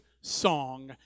song